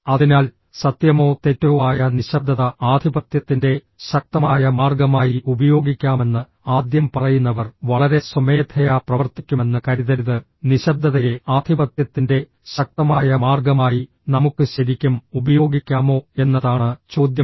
അതിനാൽ സത്യമോ തെറ്റോ ആയ നിശബ്ദത ആധിപത്യത്തിന്റെ ശക്തമായ മാർഗമായി ഉപയോഗിക്കാമെന്ന് ആദ്യം പറയുന്നവർ വളരെ സ്വമേധയാ പ്രവർത്തിക്കുമെന്ന് കരുതരുത് നിശ്ശബ്ദതയെ ആധിപത്യത്തിന്റെ ശക്തമായ മാർഗമായി നമുക്ക് ശരിക്കും ഉപയോഗിക്കാമോ എന്നതാണ് ചോദ്യം